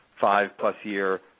five-plus-year